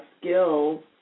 skills